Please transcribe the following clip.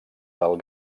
del